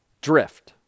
drift